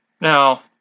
Now